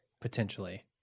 potentially